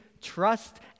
trust